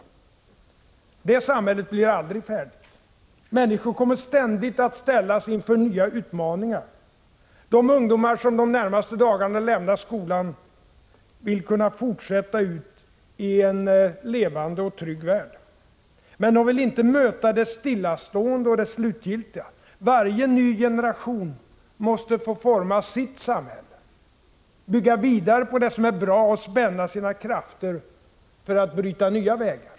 Det samhället blir aldrig färdigt. Människor kommer ständigt att ställas inför nya utmaningar. De ungdomar som de närmaste dagarna lämnar skolan vill kunna fortsätta ut i en levande och trygg värld. Men de vill inte möta det stillastående och det slutgiltiga. Varje ny generation måste få forma sitt samhälle, bygga vidare på det som är bra och spänna sina krafter för att bryta nya vägar.